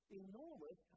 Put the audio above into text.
enormous